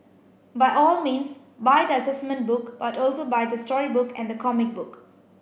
by all means buy the assessment book but also buy the storybook and the comic book